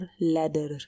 ladder